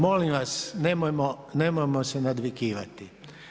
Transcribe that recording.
Molim vas, nemojmo se nadvikivati.